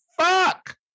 fuck